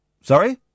Sorry